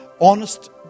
honest